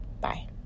Bye